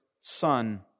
son